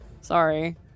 Sorry